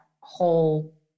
whole